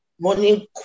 Morning